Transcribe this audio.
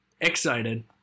excited